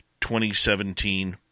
2017